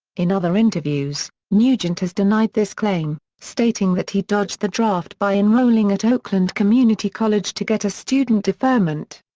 in other interviews, nugent has denied this claim, stating that he dodged the draft by enrolling at oakland community college to get a student deferment.